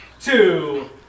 two